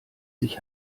sich